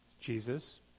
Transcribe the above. Jesus